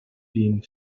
den